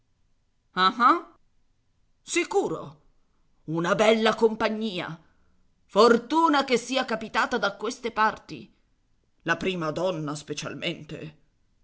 sicuro una bella compagnia fortuna che sia capitata da queste parti la prima donna specialmente